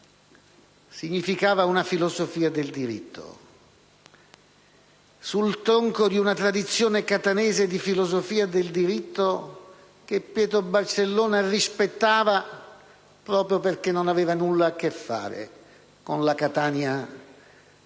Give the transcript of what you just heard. significava una filosofia del diritto, sul tronco di una tradizione catanese di filosofia del diritto che Pietro Barcellona rispettava proprio perché non aveva nulla a che fare con la Catania del